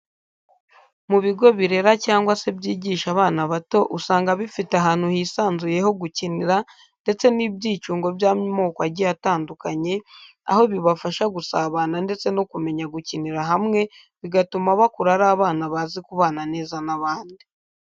Mu bigo birera cyangwa se byigisha abana bato usanga bifite ahantu hisanzuye ho gukinira ndetse n’ibyicungo by’amoko agiye atandukanye, aho bibafasha gusabana ndetse no kumenya gukinira hamwe bigatuma bakura ari abana bazi kubana neza n’abandi.